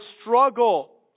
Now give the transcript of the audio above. struggle